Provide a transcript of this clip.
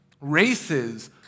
Races